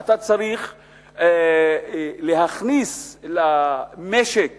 אתה צריך להכניס למשק